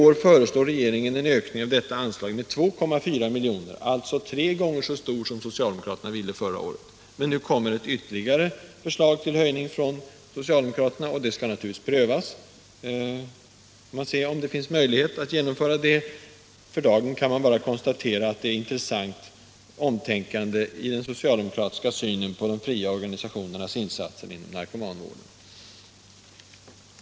Nu föreslår regeringen en ökning av detta anslag med 2,4 miljoner, dvs. tre gånger den ökning som socialdemokraterna ville ha förra året. Nu kommer ett förslag till ytterligare höjning från socialdemokraterna, och det skall naturligtvis prövas, om det finns möjlighet att genomföra det. För dagen kan man bara konstatera att det pågår ett intressant omtänkande i den socialdemokratiska synen på dessa organisationers insatser inom narkomanvården.